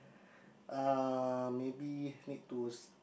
uh maybe need to